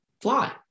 fly